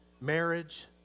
marriage